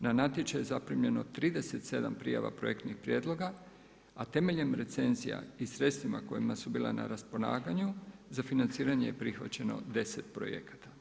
Na natječaj je zaprimljeno 37 prijava projektnih prijedloga, a temeljem recenzija i sredstvima koja su bila na raspolaganju za financiranje je prihvaćeno 10 projekata.